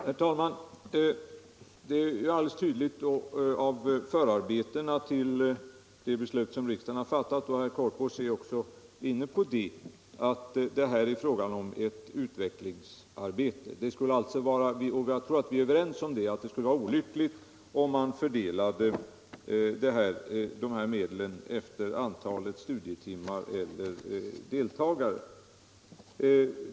Herr talman! Det framgår alldeles tydligt av förarbetena till det beslut som riksdagen har fattat — herr Korpås är även inne på det — att det här är fråga om ett utvecklingsarbete. Jag tror att vi är överens om att det skulle vara olyckligt om man fördelade dessa medel efter antalet studietimmar eller deltagare.